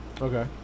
Okay